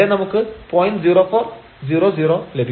0400 ലഭിക്കും